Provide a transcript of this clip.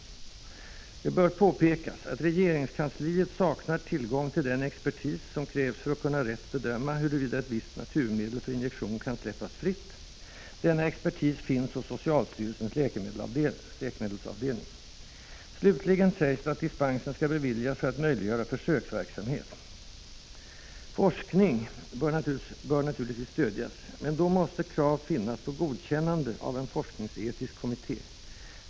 ——— Det bör också påpekas, att regeringskansliet saknar tillgång till den expertis, som krävs för att rätt kunna bedöma, huruvida ett visst naturmedel för injektion kan släppas fritt ———. Denna expertis finns hos socialstyrelsens läkemedelsavdelning. —-—-=- Slutligen sägs det att dispensen skall beviljas för att möjliggöra försöksverksamhet. ———- Forskning ———- bör naturligtvis stödjas, men då måste krav finnas på godkännande av forskningsetisk kommitté.